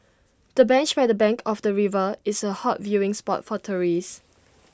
the bench by the bank of the river is A hot viewing spot for tourists